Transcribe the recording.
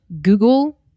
Google